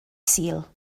sul